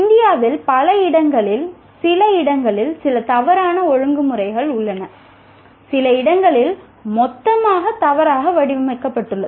இந்தியாவில் சில இடங்களில் சில தவறான ஒழுங்குமுறைகள் உள்ளன சில இடங்களில் மொத்தமாக தவறாக வடிவமைக்கப்பட்டுள்ளது